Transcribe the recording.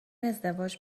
ازدواج